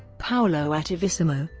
paolo attivissimo,